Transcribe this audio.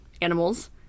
animals